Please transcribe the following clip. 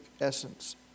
essence